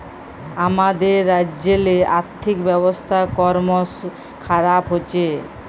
আমাদের রাজ্যেল্লে আথ্থিক ব্যবস্থা করমশ খারাপ হছে